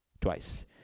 twice